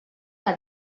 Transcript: que